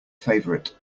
favorite